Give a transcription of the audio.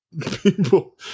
people